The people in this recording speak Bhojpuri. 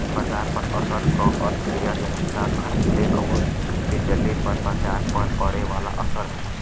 बाजार पर असर क अर्थ शेयर या स्टॉक खरीदले आउर बेचले पर बाजार पर पड़े वाला असर हउवे